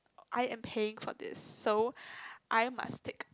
I am paying for this so I must take